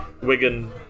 Wigan